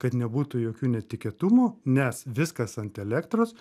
kad nebūtų jokių netikėtumų nes viskas ant elektros